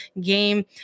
game